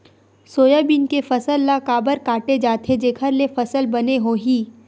Soybean के फसल ल काबर काटे जाथे जेखर ले फसल बने होही?